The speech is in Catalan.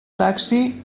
taxi